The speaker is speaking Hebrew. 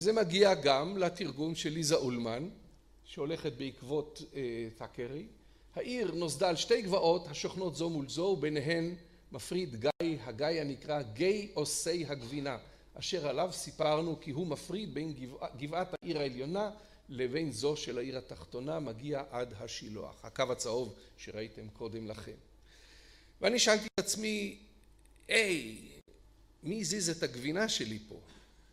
זה מגיע גם לתרגום של ליזה אולמן, שהולכת בעקבות ת'קרי, העיר נוסדה על שתי גבעות השוכנות זו מול זו ביניהן מפריד גיא, הגיא הנקרא גיא עושי הגבינה, אשר עליו סיפרנו כי הוא מפריד בין גבעת העיר העליונה לבין זו של העיר התחתונה מגיעה עד השילוח - הקו הצהוב שראיתם קודם לכן. ואני שאלתי את עצמי - הי! מי הזיז את הגבינה שלי פה?